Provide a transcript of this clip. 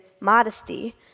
modesty